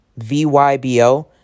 VYBO